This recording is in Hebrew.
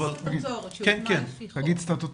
רשות סטטוטורית שהוקמה על פי חוק.